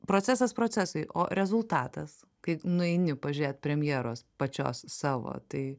procesas procesai o rezultatas kai nueini pažiūrėt premjeros pačios savo tai